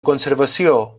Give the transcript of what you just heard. conservació